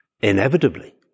inevitably